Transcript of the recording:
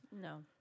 No